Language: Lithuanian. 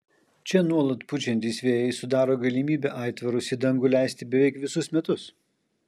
čia nuolat pučiantys vėjai sudaro galimybę aitvarus į dangų leisti beveik visus metus